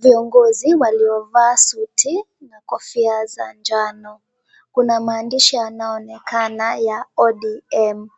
Viongozi waliovaa suti na kofia za njano. Kuna maandishi yanaonekana ya ODM .